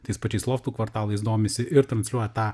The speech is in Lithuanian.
tais pačiais loftų kvartalais domisi ir transliuoja tą